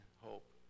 hope